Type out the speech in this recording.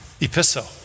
epistle